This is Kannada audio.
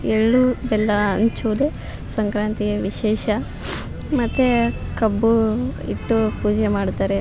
ಎಳ್ಳು ಬೆಲ್ಲ ಹಂಚೋದು ಸಂಕ್ರಾಂತಿಯ ವಿಶೇಷ ಮತ್ತು ಕಬ್ಬು ಇಟ್ಟು ಪೂಜೆ ಮಾಡ್ತಾರೆ